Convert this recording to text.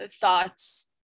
thoughts